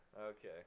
Okay